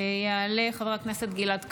יעלה חבר הכנסת גלעד קריב,